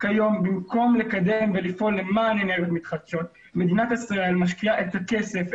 כיום במקום לקדם ולפעול למען אנרגיות מתחדשות מדינת ישראל משקיעה כסף,